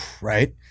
right